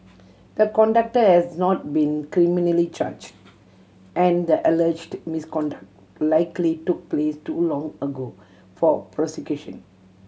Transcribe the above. the conductor has not been criminally charged and the alleged misconduct likely took place too long ago for prosecution